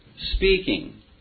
speaking